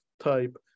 type